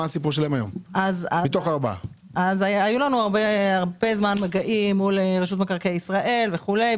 במשך הרבה זמן היו לנו מגעים מול רשות מקרקעי ישראל וכולי.